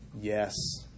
Yes